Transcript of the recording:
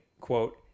quote